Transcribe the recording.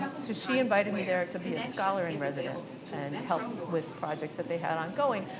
so she invited me there to be a scholar in residence and help with projects that they had ongoing.